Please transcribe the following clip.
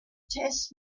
test